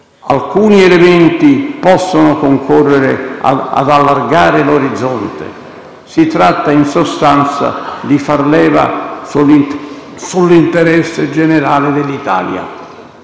Alcuni elementi possono concorrere ad allargare l'orizzonte. Si tratta in sostanza di far leva sull'interesse generale dell'Italia.